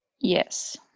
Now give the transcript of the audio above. Yes